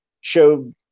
show